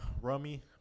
Rummy